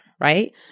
right